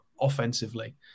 offensively